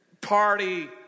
party